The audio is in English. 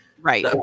right